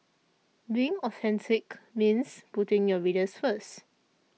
being authentic means putting your readers first